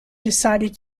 decided